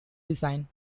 design